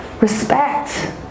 respect